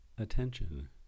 attention